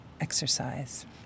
exercise